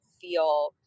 feel